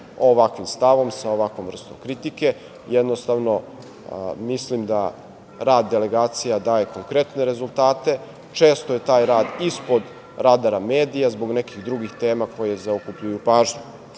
ovakvim stavom, sa ovakvom vrstom kritike, jednostavno mislim da rad delegacija daje konkretne rezultate. Često je taj rad ispod radara medija, zbog nekih drugih teme, koje zaokupljuju pažnju. Naša